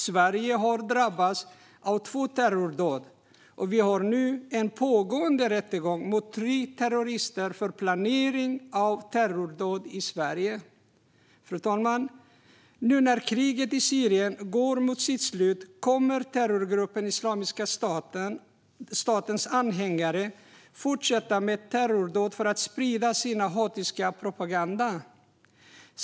Sverige har drabbats av två terrordåd, och vi har nu en pågående rättegång mot tre terrorister som anklagas för planering av terrordåd i Sverige. Fru talman! Nu när kriget i Syrien går mot sitt slut kommer terrorgruppen Islamiska statens anhängare att fortsätta med terrordåd för att sprida sin hatiska propaganda.